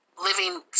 living